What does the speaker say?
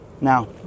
Now